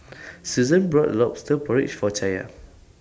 Susann bought Lobster Porridge For Chaya